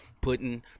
putting